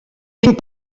tinc